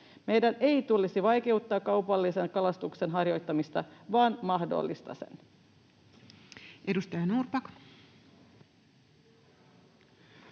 Meidän ei tulisi vaikeuttaa kaupallisen kalastuksen harjoittamista, vaan mahdollistaa se. [Speech 163]